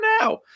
now